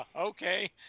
okay